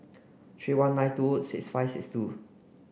three one nine two six five six two